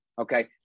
okay